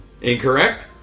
Incorrect